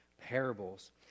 Parables